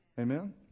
Amen